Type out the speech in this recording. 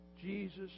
Jesus